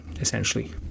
essentially